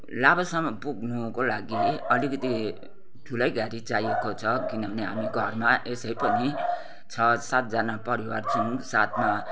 लाभासम्म पुग्नुको लागि अलिकति ठुलै गाडी चाहिएको छ किनभने हामी घरमा यसै पनि छ सात जना परिवार छौ साथमा